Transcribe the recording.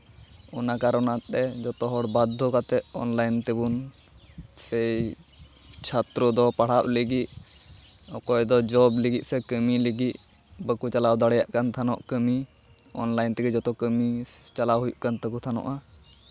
ᱚᱱᱟ ᱠᱟᱨᱚᱱᱟ ᱛᱮ ᱡᱚᱛᱚ ᱦᱚᱲ ᱵᱟᱫᱽᱫᱷᱚ ᱠᱟᱛᱮᱫ ᱚᱱᱞᱟᱭᱤᱱ ᱛᱮᱵᱚᱱ ᱥᱮᱭ ᱪᱷᱟᱛᱨᱚ ᱫᱚ ᱯᱟᱲᱦᱟᱜ ᱞᱟᱹᱜᱤᱫ ᱚᱠᱚᱭ ᱫᱚ ᱡᱚᱵ ᱞᱟᱹᱜᱤᱫ ᱥᱮ ᱠᱟᱹᱢᱤ ᱞᱟᱹᱜᱤᱫ ᱵᱟᱠᱚ ᱪᱟᱞᱟᱣ ᱫᱟᱲᱮᱭᱟᱜ ᱠᱟᱱ ᱛᱟᱦᱮᱸᱜ ᱠᱟᱹᱢᱤ ᱚᱱᱞᱟᱭᱤᱱ ᱛᱮᱜᱮ ᱡᱚᱛᱚ ᱠᱟᱹᱢᱤ ᱪᱟᱞᱟᱣ ᱦᱩᱭᱩᱜ ᱠᱟᱱ ᱛᱟᱠᱚ ᱛᱟᱦᱮᱱᱟ